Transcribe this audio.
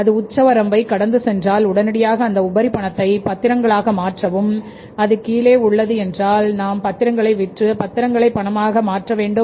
அது உச்சவரம்பை கடந்து சென்றால் உடனடியாக அந்த உபரி பணத்தை பத்திரங்களாக மாற்றவும் அது கீழே உள்ளது என்றால் நாம் பத்திரங்களை விற்று பத்திரங்களை பணமாக மாற்ற வேண்டும்